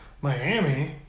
Miami